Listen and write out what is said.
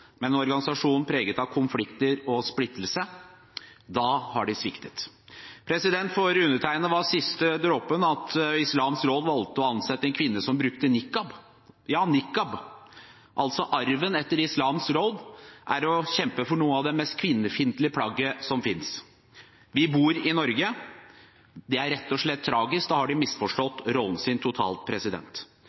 men en organisasjon preget av konflikter og splittelse. Da har de sviktet. For undertegnede var siste dråpen at Islamsk Råd valgte å ansette en kvinne som brukte nikab – ja nikab. Arven etter Islamsk Råd er altså å kjempe for noe av det mest kvinnefiendtlige plagget som finnes. Vi bor i Norge. Det er rett og slett tragisk. Da har de misforstått rollen sin totalt.